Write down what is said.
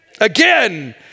again